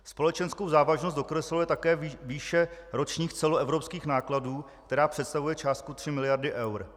Společenskou závažnost dokresluje také výše ročních celoevropských nákladů, která představuje částku 3 miliardy eur.